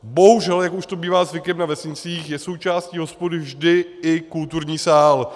Bohužel, jak už to bývá zvykem na vesnicích, je součástí hospody vždy i kulturní sál.